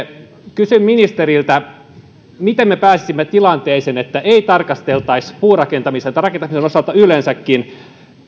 kysyn ministeriltä miten me pääsisimme tilanteeseen että ei tarkasteltaisi puurakentamisen tai rakentamisen osalta yleensäkään